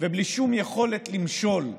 ובלי שום יכולת למשול.